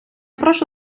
прошу